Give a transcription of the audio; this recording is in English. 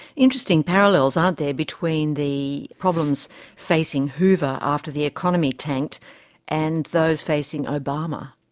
interesting parallels aren't there, between the problems facing hoover after the economy tanked and those facing obama.